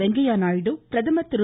வெங்கையா நாயுடு பிரதமா் திரு